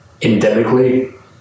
endemically